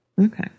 Okay